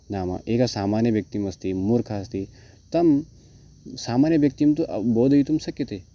नाम एक सामान्यव्यक्तिमस्ति मूर्खः अस्ति तं सामान्यव्यक्तिं तु बोधयितुं शक्यते